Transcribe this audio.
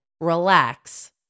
relax